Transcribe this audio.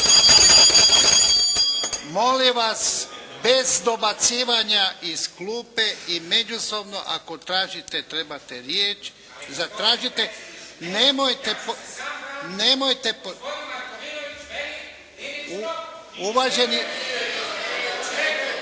molim vas bez dobacivanja iz klupe i međusobno ako tražite trebate riječ zatražite. Nemojte … …/Upadica